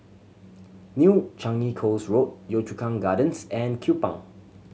New Changi Coast Road Yio Chu Kang Gardens and Kupang